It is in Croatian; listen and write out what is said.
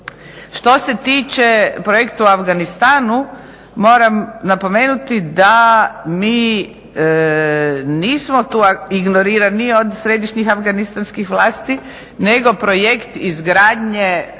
Što se tiče projekta u Afganistanu moram napomenuti da mi nismo tu ignorirani ni od središnjih afganistanskih vlasti nego projekt izgradnje